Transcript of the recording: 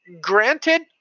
Granted